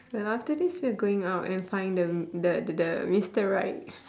well after this we're going out and find the the the the mister right